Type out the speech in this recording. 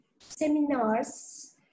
seminars